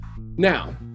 Now